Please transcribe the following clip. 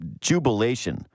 jubilation